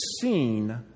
seen